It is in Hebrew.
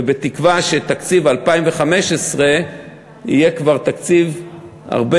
בתקווה שתקציב 2015 יהיה כבר תקציב הרבה